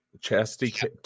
chastity